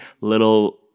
little